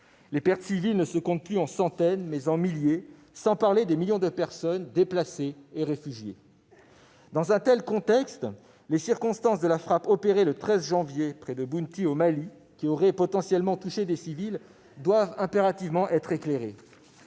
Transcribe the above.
Les pertes civiles ne se comptent plus en centaines, mais en milliers de personnes, sans parler des millions de déplacés et de réfugiés. Dans un tel contexte, les circonstances de la frappe opérée le 3 janvier près de Bounti au Mali, qui aurait potentiellement touché des civils, doivent impérativement être éclairées.